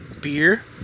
Beer